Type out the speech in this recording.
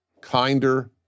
kinder